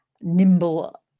nimble